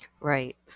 Right